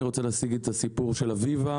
אני רוצה להציג את הסיפור של אביבה,